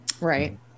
Right